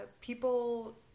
people